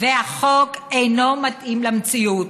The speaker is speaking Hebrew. והחוק אינו מתאים למציאות.